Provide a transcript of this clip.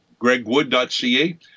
gregwood.ca